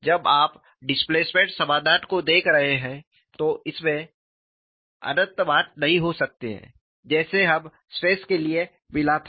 जब आप डिस्प्लेसमेंट समाधान को देख रहे हैं तो इसमें अनंत मान नहीं हो सकते हैं जैसे हमें स्ट्रेस के लिए मिला था